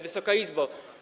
Wysoka Izbo!